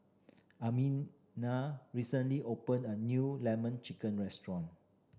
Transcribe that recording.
Amina recently opened a new Lemon Chicken restaurant